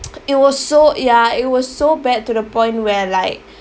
it was so ya it was so bad to the point where like